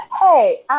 Hey